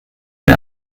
mir